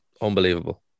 unbelievable